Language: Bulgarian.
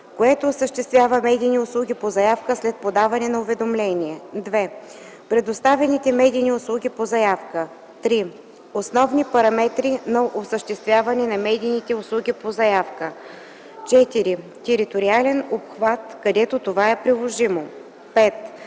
което осъществява медийни услуги по заявка след подаване на уведомление; 2. предоставяните медийни услуги по заявка; 3. основни параметри на осъществяване на медийните услуги по заявка; 4. териториален обхват, където това е приложимо; 5.